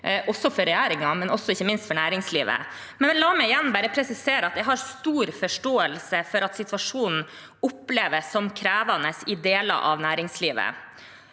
ny for regjeringen, men ikke minst for næringslivet. La meg igjen presisere at jeg har stor forståelse for at situasjonen oppleves som krevende i deler av næringslivet.